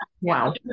wow